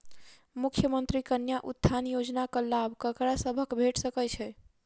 मुख्यमंत्री कन्या उत्थान योजना कऽ लाभ ककरा सभक भेट सकय छई?